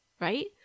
right